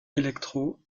électro